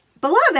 Beloved